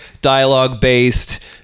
dialogue-based